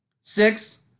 Six